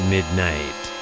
Midnight